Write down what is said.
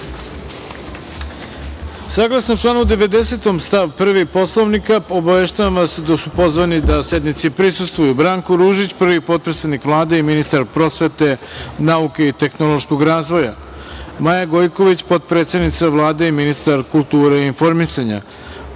sednice. Saglasno članu 90. stav 1. Poslovnika, obaveštavam vas da su pozvani da sednici prisustvuju: Branko Ružić, prvi potpredsednik Vlade i ministar prosvete, nauke i tehnološkog razvoja, Maja Gojković, potpredsednica Vlade i ministar kulture i informisanja,